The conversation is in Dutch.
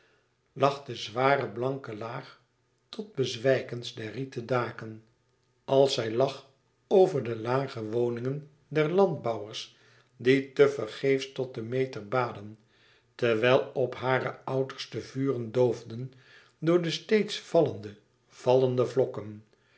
lag de zware blanke laag tot bezwijkens der rieten daken als zij lag over de lage woningen der landbouwers die te vergeefs tot demeter baden terwijl op hare outers de vuren doofden door de steeds vallende vallende vlokken